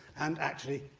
and, actually,